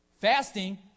Fasting